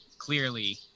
clearly